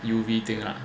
U_V thing lah